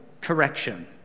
correction